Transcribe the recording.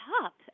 top